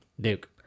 Duke